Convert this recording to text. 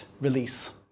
release